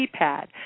keypad